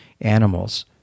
animals